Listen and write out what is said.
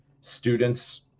students